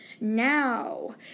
Now